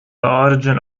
origin